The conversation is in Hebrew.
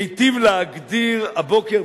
היטיב להגדיר הבוקר,